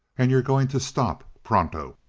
and you're going to stop pronto!